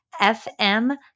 FM